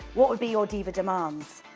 what would be your diva demands?